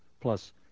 plus